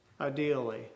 Ideally